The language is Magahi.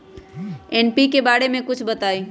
एन.पी.के बारे म कुछ बताई?